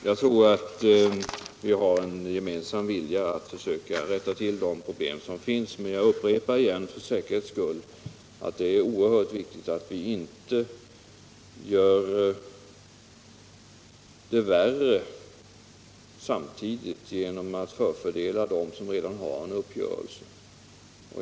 Jag tror att vi har en gemensam vilja att försöka rätta till de problem som finns, men jag upprepar för säkerhets skull att det är oerhört viktigt att vi inte samtidigt gör det värre genom att förfördela dem som redan har en uppgörelse.